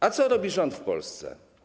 A co robi rząd w Polsce?